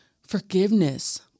forgiveness